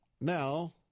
now